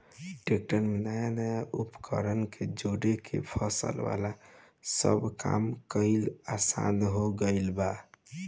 tractor में नया नया उपकरण के जोड़ के फसल वाला सब काम कईल आसान हो गईल बा